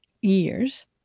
years